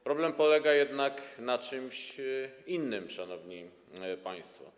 Problem polega jednak na czymś innym, szanowni państwo.